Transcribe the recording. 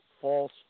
false